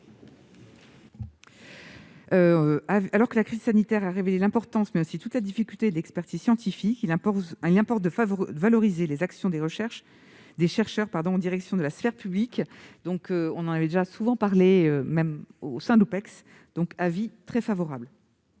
Alors que la crise sanitaire a révélé l'importance, mais aussi toute la difficulté de l'expertise scientifique, il importe de valoriser les actions des chercheurs en direction de la sphère publique. Nous en avons souvent parlé au sein de l'Opecst ; l'avis de la